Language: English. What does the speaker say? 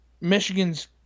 Michigan's